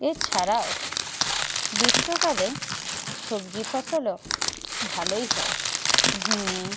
এছাড়াও গ্রীষ্মকালে সবজি ফসলও ভালোই হয় ঝিঙে